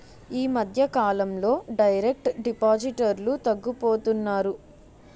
ఈ మధ్యకాలంలో డైరెక్ట్ డిపాజిటర్లు తగ్గిపోతున్నారు